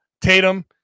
Tatum